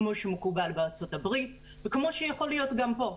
כמו שמקובל בארצות הברית וכמו שיכול להיות גם פה.